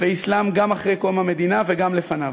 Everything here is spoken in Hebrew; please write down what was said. ואסלאם גם אחרי קום המדינה וגם לפניו.